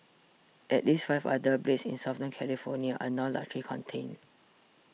at least five other blazes in Southern California are now largely contained